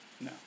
No